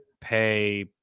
pay